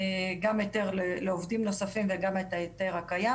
גם היתר לעובדים נוספים וגם את ההיתר הקיים.